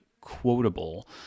quotable